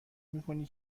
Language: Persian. میکنی